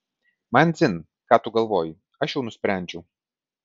man dzin ką tu galvoji aš jau nusprendžiau